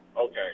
Okay